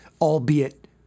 albeit